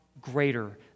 greater